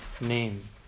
name